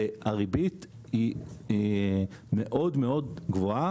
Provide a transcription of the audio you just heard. והריבית מאוד מאוד גבוהה.